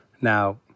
Now